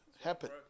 happen